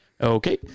Okay